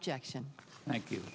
objection thank you